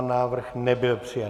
Návrh nebyl přijat.